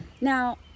Now